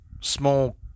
small